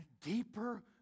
deeper